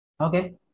Okay